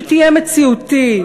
שתהיה מציאותי,